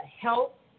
help